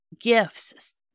gifts